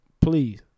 Please